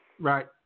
Right